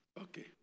Okay